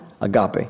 agape